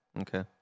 Okay